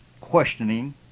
questioning